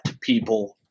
people